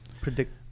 predict